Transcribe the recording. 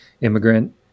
immigrant